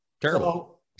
Terrible